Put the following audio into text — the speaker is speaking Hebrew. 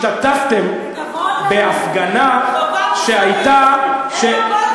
השתתפתן בהפגנה שהייתה, נכון.